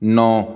ਨੌ